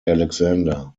alexander